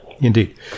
Indeed